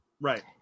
Right